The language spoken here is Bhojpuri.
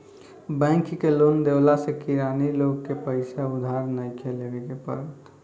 बैंक के लोन देवला से किरानी लोग के पईसा उधार नइखे लेवे के पड़त